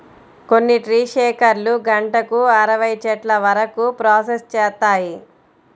కొన్ని ట్రీ షేకర్లు గంటకు అరవై చెట్ల వరకు ప్రాసెస్ చేస్తాయి